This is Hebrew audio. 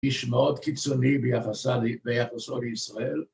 ‫איש מאוד קיצוני ביחסו לישראל.